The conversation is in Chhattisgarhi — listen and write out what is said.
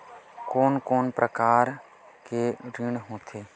कोन कोन प्रकार के ऋण होथे?